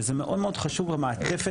וזה מאוד מאוד חשוב המעטפת הזו.